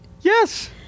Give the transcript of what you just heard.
yes